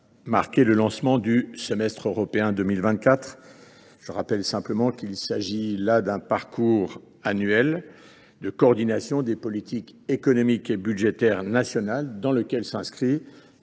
marquer le lancement du semestre européen de 2024. Je rappelle qu’il s’agit là d’un parcours annuel de coordination des politiques économiques et budgétaires nationales, dans lequel s’inscrit